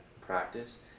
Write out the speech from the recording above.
practice